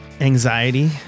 anxiety